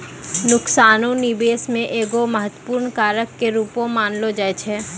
नुकसानो निबेश मे एगो महत्वपूर्ण कारक के रूपो मानलो जाय छै